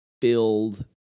build